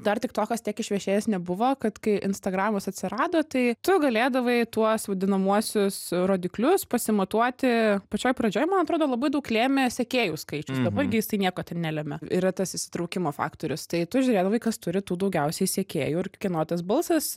dar tiktokas tiek išvešėjęs nebuvo kad kai instagramas atsirado tai tu galėdavai tuos vadinamuosius rodiklius pasimatuoti pačioj pradžioj man atrodo labai daug lėmė sekėjų skaičius dabar gi jisai nieko ten nelemia yra tas įsitraukimo faktorius tai tu žiūrėdavai kas turi tų daugiausiai sekėjų ir kieno tas balsas